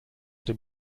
dem